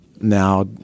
now